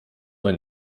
ein